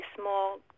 small